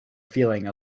feeling